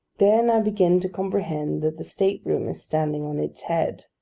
then i begin to comprehend that the state-room is standing on its head.